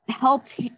helped